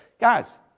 Guys